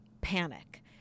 panic